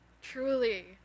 truly